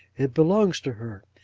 it belongs to her.